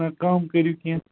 نہَ کَم کٔرِو کیٚنٛہہ